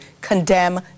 condemn